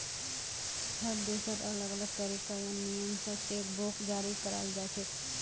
हर देशत अलग अलग तरीका या नियम स चेक बुक जारी कराल जाछेक